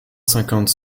cinquante